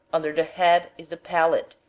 under the head is the palate,